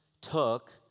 took